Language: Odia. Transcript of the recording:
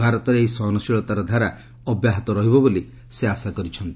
ଭାରତରେ ଏହି ସହନଶୀଳତାର ଧାରା ଅବ୍ୟାହତ ରହିବ ବୋଲି ସେ ଆଶା କରିଚ୍ଛନ୍ତି